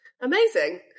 Amazing